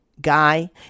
guy